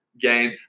game